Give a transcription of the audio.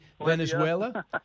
Venezuela